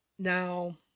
Now